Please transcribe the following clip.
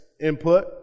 input